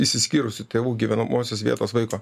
išsiskyrusių tėvų gyvenamosios vietos vaiko